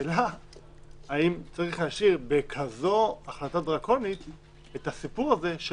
השאלה האם צריך להשאיר בכזו החלטה דרקונית את הסיפור הזה של